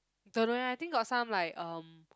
don't know eh I think got some like um